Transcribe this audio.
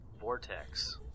vortex